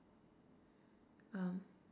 um